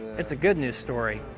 it's a good-news story.